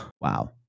Wow